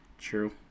True